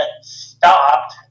stopped